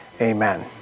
amen